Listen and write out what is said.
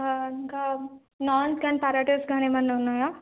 ఇంకా నన్స్ కండ్ పారటస్ గ మన ఉయా